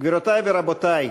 גבירותי ורבותי,